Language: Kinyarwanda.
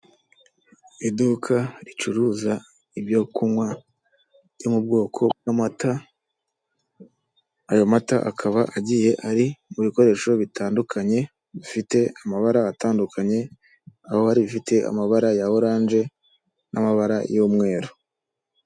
Iduka ricuruza ibyo kunywa byo mu bwoko bw'amata aya mata akaba agiye ari mu bikoresho bitandukanye bifite amabara atandukanye aho bifite amabara ya oranje n'amabara y'umweru.